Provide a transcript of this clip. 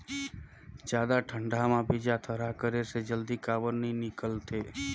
जादा ठंडा म बीजा थरहा करे से जल्दी काबर नी निकलथे?